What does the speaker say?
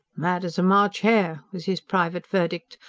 mad as a march hare! was his private verdict,